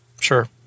Sure